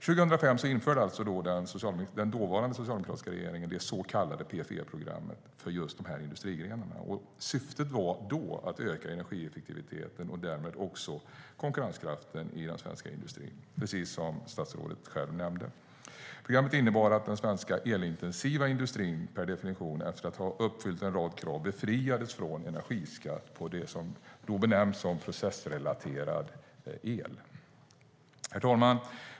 År 2005 införde den dåvarande socialdemokratiska regeringen det så kallade PFE-programmet för just de här industrigrenarna. Syftet var då att öka energieffektiviteten och därmed också konkurrenskraften i den svenska industrin, precis som statsrådet nämnde. Programmet innebar att den svenska elintensiva industrin efter att ha uppfyllt en rad krav befriades från energiskatt på det som benämns som processrelaterad el. Herr talman!